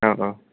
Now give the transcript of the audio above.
औ औ